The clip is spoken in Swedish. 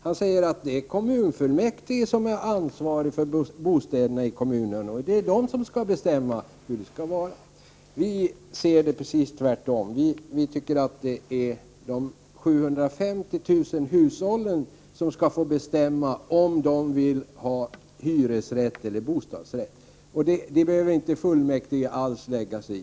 Han säger att det är kommunfullmäktige som är ansvarig för bostäderna i kommunerna och skall bestämma hur det skall vara. Vi ser det precis tvärtom. Vi tycker att det är de 750 000 hushållen som skall bestämma om de vill ha hyresrätt eller bostadsrätt. Det behöver fullmäktige inte alls lägga sig i.